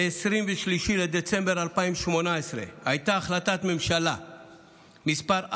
ב-23 לדצמבר 2018 הייתה החלטת ממשלה 4397,